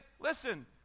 Listen